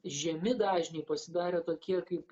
žemi dažniai pasidarė tokie kaip